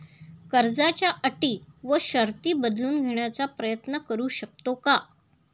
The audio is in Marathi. कर्जाच्या अटी व शर्ती बदलून घेण्याचा प्रयत्न करू शकतो का?